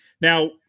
Now